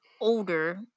older